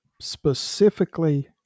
specifically